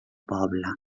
poble